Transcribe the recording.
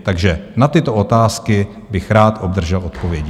Takže na tyto otázky bych rád obdržel odpovědi.